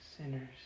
sinners